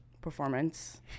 performance